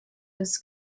des